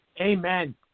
Amen